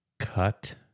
cut